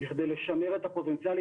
בכדי לשמר את הפוטנציאל,